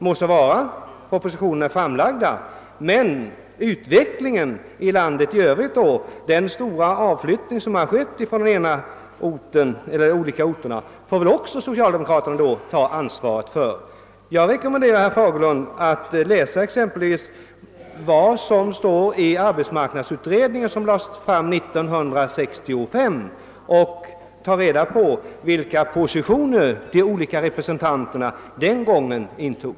Må så vara; propositionerna har ju lagts fram av regeringen. Men då får väl socialdemokraterna också ta ansvaret för utvecklingen i övrigt i landet med den stora utflyttning som skett från olika orter. Jag rekommenderar herr Fagerlund att läsa exempelvis arbetsmarknadsutredningen, som lades fram 1965, och att ta reda på vilka positioner de olika representanterna den gången intog.